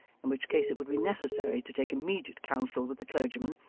in which case it would be necessary to take immediate counsel with the clergyman,